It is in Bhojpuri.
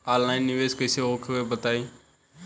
ऑनलाइन निवेस कइसे होला बताईं?